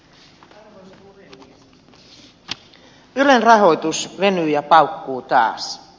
ylen rahoitus venyy ja paukkuu taas